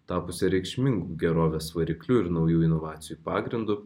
tapusią reikšmingu gerovės varikliu ir naujų inovacijų pagrindu